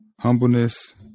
Humbleness